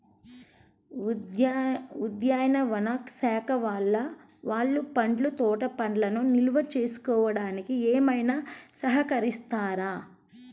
ఉద్యానవన శాఖ వాళ్ళు పండ్ల తోటలు పండ్లను నిల్వ చేసుకోవడానికి ఏమైనా సహకరిస్తారా?